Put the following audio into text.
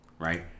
right